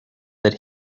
that